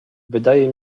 wydaje